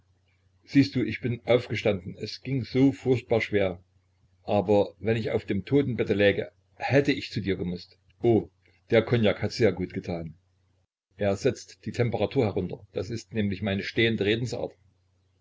siehst du ich bin aufgestanden es ging so furchtbar schwer aber wenn ich auf dem totenbette läge hätte ich zu dir gemußt oh der cognac hat sehr gut getan er setzt die temperatur herunter das ist nämlich meine stehende redensart